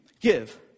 give